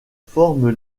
formes